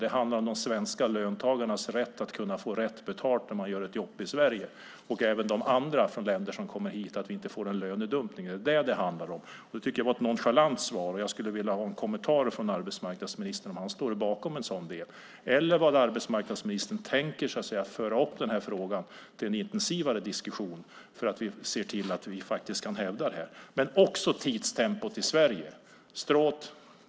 Det handlar om de svenska löntagarnas rätt att kunna få korrekt betalt när de gör ett jobb i Sverige - liksom de som kommer hit från andra länder - så att vi inte får en lönedumpning. Det är vad det handlar om. Jag tycker att svaret var nonchalant och skulle vilja att arbetsmarknadsministern kommenterade det för att höra om han står bakom det eller om han tänker ta upp frågan för en intensivare diskussion för att se till att vi kan hävda vår ståndpunkt. Det gäller också tidsaspekten i Sverige.